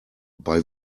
bei